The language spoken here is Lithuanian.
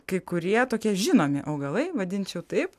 kai kurie tokie žinomi augalai vadinčiau taip